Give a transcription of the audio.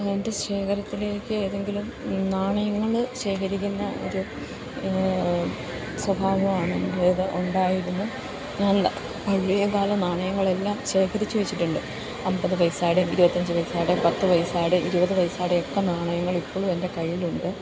എൻ്റെ ശേഖരത്തിലേക്ക് ഏതെങ്കിലും നാണയങ്ങള് ശേഖരിക്കുന്ന ഒരു സ്വഭാവമാണ് എന്റേത് ഉണ്ടായിരുന്നു ഞാൻ പഴയകാല നാണയങ്ങളെല്ലാം ശേഖരിച്ചുവച്ചിട്ടുണ്ട് അന്പതു പൈസയുടെ ഇരുപത്തിയഞ്ചു പൈസയുടെ പത്തു പൈസയുടെ ഇരുപതു പൈസയുടെയൊക്കെ നാണയങ്ങള് ഇപ്പോഴും എൻ്റെ കയ്യിലുണ്ട്